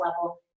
level